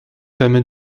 permet